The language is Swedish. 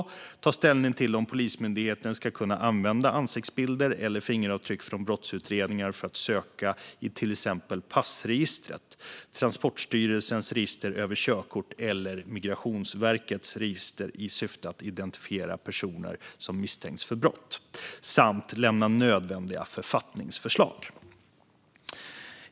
Utredaren ska ta ställning till om Polismyndigheten ska kunna använda ansiktsbilder eller fingeravtryck från brottsutredningar för att söka i till exempel passregistret, Transportstyrelsens register över körkort eller Migrationsverkets register i syfte att identifiera personer som misstänks för brott. Och utredaren ska lämna nödvändiga författningsförslag.